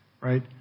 Right